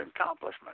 accomplishment